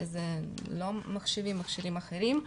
שהם לא מחשבים אלא מכשירים אחרים.